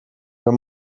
wenn